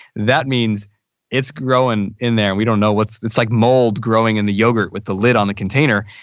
that means it's growing in there we don't know what's, it's like mold growing in the yogurt with the lid on the container.